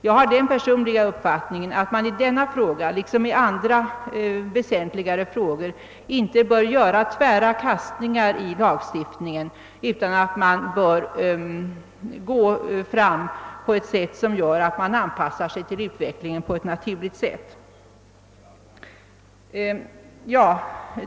Jag har den personliga uppfattningen att man i denna fråga liksom i andra väsentliga frågor inte bör göra tvära kastningar i lagstiftningen, utan att man bör gå fram på ett sätt som naturligt anpassar sig till utvecklingen.